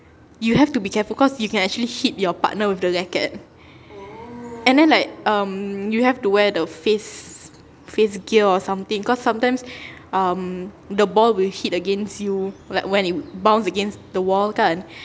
you have to be careful cause you can actually hit your partner with the racket and then like um you have to wear the face face gear or something cause sometimes um the ball will hit against you like when it bounce against the wall kan